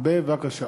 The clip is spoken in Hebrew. בבקשה.